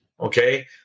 Okay